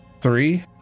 Three